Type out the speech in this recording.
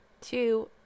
Two